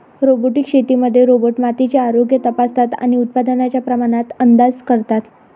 robotic शेतीमध्ये robot मातीचे आरोग्य तपासतात आणि उत्पादनाच्या प्रमाणात अंदाज करतात